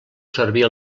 servir